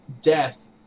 death